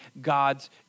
God's